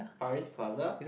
Far East Plaza